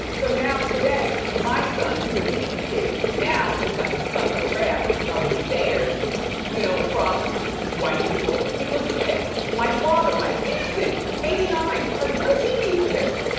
so, now today my son, whose a decent kid now has got to suffer the rath of the stares you know, from white people because of this. my father, innocent eighty nine, like what does he need for this,